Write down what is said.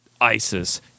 ISIS